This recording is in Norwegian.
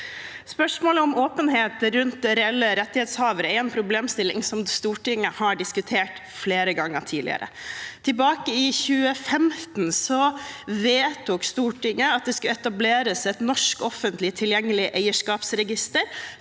Spørsmålet om åpenhet rundt reelle rettighetshavere er en problemstilling som Stortinget har diskutert flere ganger tidligere. Tilbake i 2015 vedtok Stortinget at det skulle etableres et norsk offentlig tilgjengelig eierskapsregister